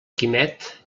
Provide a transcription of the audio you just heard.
quimet